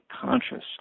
conscious